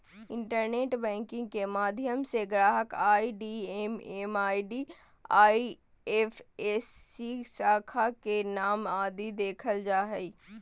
internet banking के माध्यम से ग्राहक आई.डी एम.एम.आई.डी, आई.एफ.एस.सी, शाखा के नाम आदि देखल जा हय